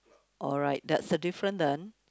alright that's a different then